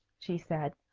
she said,